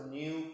new